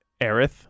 Aerith